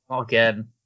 again